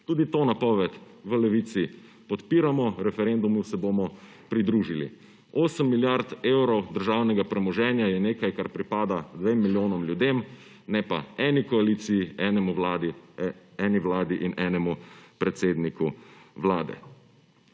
Tudi to napoved v Levici podpiramo, referendumu se bomo pridružili. 8 milijard evrov državnega premoženja je nekaj, kar pripada 2 milijonom ljudem, ne pa eni koaliciji, eni vladi in enemu predsedniku vlade.